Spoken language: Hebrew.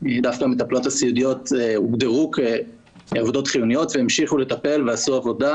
דווקא המטפלות הסיעודיות הוגדרו כעבודות חיוניות והמשיכו לטפל ועשו עבודה